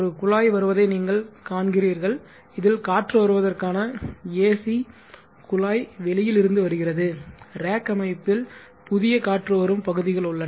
ஒரு குழாய் வருவதை நீங்கள் காண்கிறீர்கள் இதில் காற்று வருவதற்கான AC குழாய் வெளியில் இருந்து வருகிறது ரேக் அமைப்பில் புதிய காற்று வரும் பகுதிகள் உள்ளன